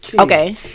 okay